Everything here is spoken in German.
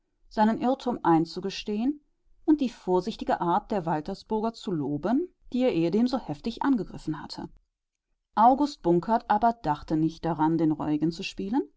seinen irrtum einzugestehen und die vorsichtige art der waltersburger zu loben die er ehedem so heftig angegriffen hatte august bunkert aber dachte nicht daran den reuigen zu spielen